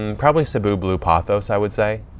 um probably cebu blue pothos, i would say.